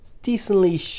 Decently